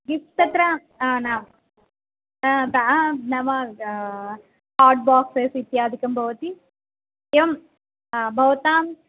gift तत्र न नाम हाट्बाक्स्स् इत्यादिकं भवति एवं भवतां